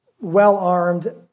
well-armed